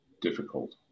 difficult